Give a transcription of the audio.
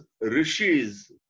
rishis